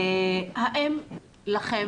האם לכן